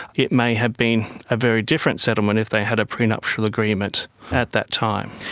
it may have been a very different settlement if they had a prenuptial agreement at that time.